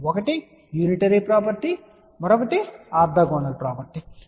ఒకటి unitary property మరొకటి orthogonal property అంటారు